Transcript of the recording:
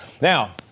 Now